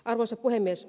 arvoisa puhemies